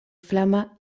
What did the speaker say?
flama